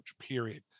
period